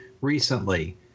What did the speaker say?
recently